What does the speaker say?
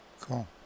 Cool